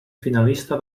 finalista